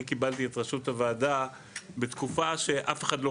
אני קיבלתי את ראשות הוועדה בתקופה שאף אחד לא